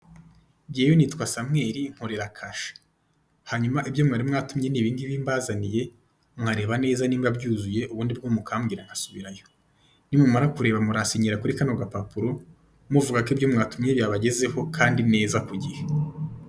Njyewe nitwa Samuel nkorera Kasha, hanyuma ibyo mwari mwatumye ni ibingibi mbazaniye mwareba neza nibamba byuzuye ubundi bwo mukambwira nkasubirayo, nimumara kureba muransinyira kuri kano gapapuro, muvuga ko ibyo mwatumye byabagezeho kandi neza ku gihe.